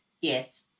Yes